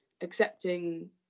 accepting